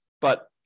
but-